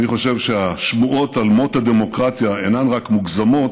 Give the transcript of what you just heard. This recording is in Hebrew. אני חושב שהשמועות על מות הדמוקרטיה אינן רק מוגזמות,